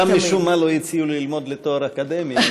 שם, משום מה, לא הציעו לי ללמוד לתואר אקדמי.